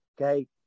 okay